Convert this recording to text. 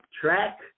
Track